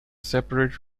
separate